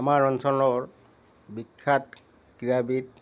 আমাৰ অঞ্চলৰ বিখ্যাত ক্ৰীড়াবিদ